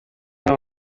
umwe